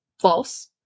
false